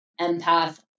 empath